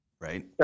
right